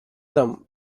them